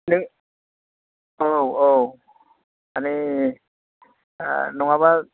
नों औ औ औ मानि नङाबा